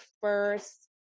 first